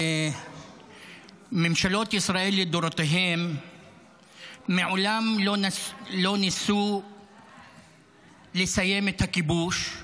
ממשלות ישראל לדורותיהן מעולם לא ניסו לסיים את הכיבוש,